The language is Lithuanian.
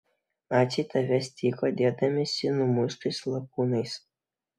naciai tavęs tyko dėdamiesi numuštais lakūnais